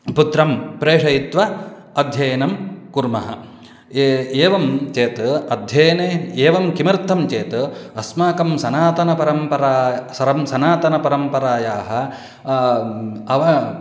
पुत्रं प्रेषयित्वा अध्ययनं कुर्मः एवं एवं चेत् अध्ययने एवं किमर्थं चेत् अस्माकं सनातनपरम्परा सनातनपरम्परायाः अव